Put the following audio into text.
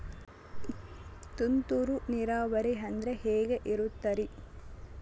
ತುಂತುರು ನೇರಾವರಿ ಅಂದ್ರೆ ಹೆಂಗೆ ಇರುತ್ತರಿ?